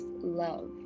love